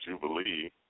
Jubilee